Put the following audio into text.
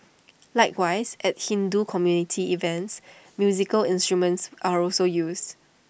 likewise at Hindu community events musical instruments are also used